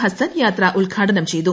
ഹസ്നൻ യാത്ര ഉദ്ഘാടനം ചെയ്തു